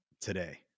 today